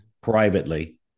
privately